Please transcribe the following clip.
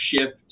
shift